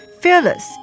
fearless